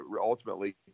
ultimately